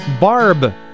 Barb